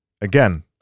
again